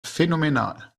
phänomenal